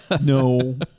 no